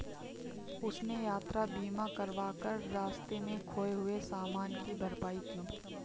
उसने यात्रा बीमा करवा कर रास्ते में खोए हुए सामान की भरपाई की